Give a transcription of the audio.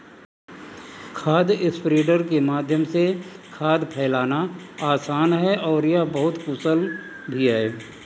खाद स्प्रेडर के माध्यम से खाद फैलाना आसान है और यह बहुत कुशल भी है